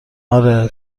آره